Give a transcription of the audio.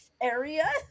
area